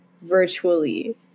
virtually